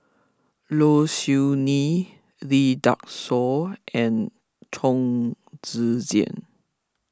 Low Siew Nghee Lee Dai Soh and Chong Tze Chien